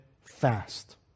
fast